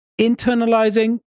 internalizing